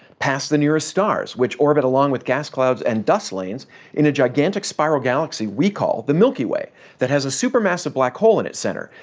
past the nearest stars, which orbit along with gas clouds and dust lanes in a gigantic spiral galaxy we call the milky way that has a supermassive black hole in its center,